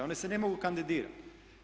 One se ne mogu kandidirati.